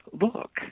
look